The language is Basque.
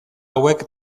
hauek